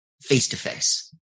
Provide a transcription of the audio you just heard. face-to-face